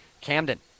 Camden